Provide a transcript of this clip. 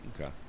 Okay